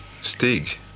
Stig